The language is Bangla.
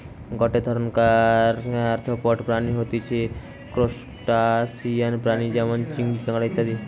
গটে ধরণকার আর্থ্রোপড প্রাণী হতিছে ত্রুসটাসিয়ান প্রাণী যেমন চিংড়ি, কাঁকড়া ইত্যাদি